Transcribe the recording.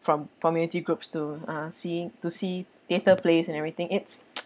from community groups to uh seeing to see theatre plays and everything it's